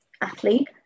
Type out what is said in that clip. athlete